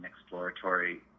exploratory